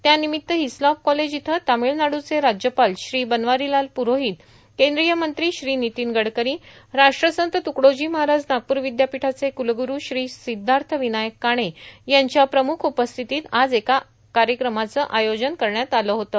त्यानिमित्त Hislop college इथं तमिळनाड्रचे राज्यपाल श्री बनवारीलाल पुरोहित केंद्रीय मंत्री श्री नितीन गडकरी राष्ट्र संत तुकडोजी महाराज नागपूर विद्यापीठाचे कुलगुरू श्री सिद्धार्थविनायक काणे यांच्या प्रमुख उपस्थितीत आज एका कार्यक्रमाचं आयोजन करण्यात आलं होतं